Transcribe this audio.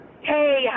Hey